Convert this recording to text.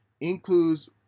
includes